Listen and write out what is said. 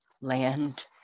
land